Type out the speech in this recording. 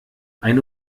ein